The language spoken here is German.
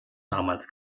damals